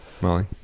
Molly